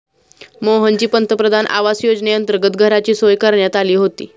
मोहनची पंतप्रधान आवास योजनेअंतर्गत घराची सोय करण्यात आली होती